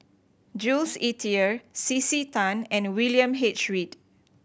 Jules Itier C C Tan and William H Read